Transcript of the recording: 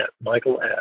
Michael